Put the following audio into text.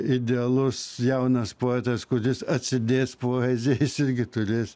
idealus jaunas poetas kuris atsidės poeziją jis irgi turės